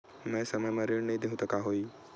मैं समय म ऋण नहीं देहु त का होही